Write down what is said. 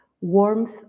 warmth